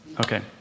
Okay